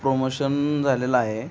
promotion झालेलं आहे